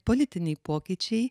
politiniai pokyčiai